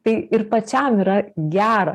tai ir pačiam yra gera